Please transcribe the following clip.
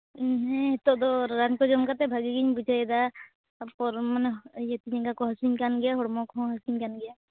ᱦᱮᱸ ᱦᱤᱛᱳᱜ ᱫᱚ ᱨᱟᱱ ᱠᱚ ᱡᱚᱢ ᱠᱟᱛᱮ ᱵᱷᱟᱹᱜᱤ ᱜᱤᱧ ᱵᱩᱡᱷᱟᱹᱣᱮᱫᱟ ᱛᱟᱨᱯᱚᱨ ᱢᱟᱱᱮ ᱤᱭᱟᱹ ᱛᱤ ᱡᱟᱸᱜᱟ ᱠᱚ ᱦᱟᱥᱩᱧ ᱠᱟᱱ ᱜᱮᱭᱟ ᱦᱚᱲᱢᱚ ᱠᱚᱦᱚᱸ ᱦᱟᱹᱥᱩᱧ ᱠᱟᱱ ᱜᱮᱭᱟ